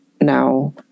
now